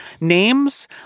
names